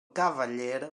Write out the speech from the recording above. cavaller